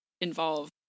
involve